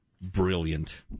Brilliant